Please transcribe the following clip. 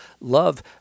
love